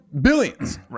billions